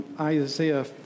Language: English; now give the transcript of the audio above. Isaiah